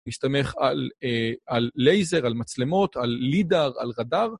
מסתמך על לייזר, על מצלמות, על לידר, על רדאר.